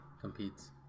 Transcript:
competes